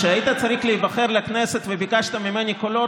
כשהיית צריך להיבחר לכנסת וביקשת ממני קולות,